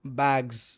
bags